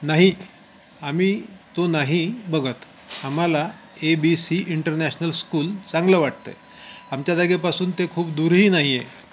नाही आम्ही तो नाही बघत आम्हाला A B C international school चांगलं वाटतं आहे आमच्या जागेपासून ते खूप दूरही नाही आहे